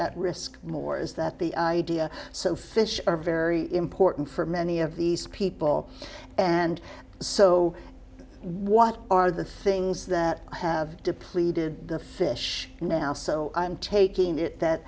at risk more is that the idea so fish are very important for many of these people and so what are the things that have depleted the fish now so i'm taking it that